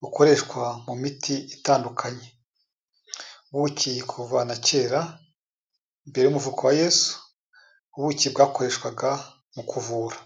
bukoreshwa mu miti itandukanye, ubuki kuva na kera, mbere y'umuvuko wa Yesu, ubuki bwakoreshwaga mu kuvura.